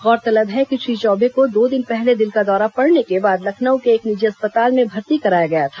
गौरतलब है कि श्री चौबे को दो दिन पहले दिल का दौरा पड़ने के बाद लखनऊ के एक निजी अस्पताल में भर्ती कराया गया था